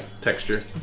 texture